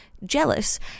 jealous